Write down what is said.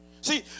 See